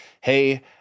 hey